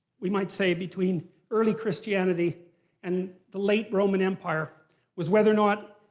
we might say, between early christianity and the late roman empire was whether or not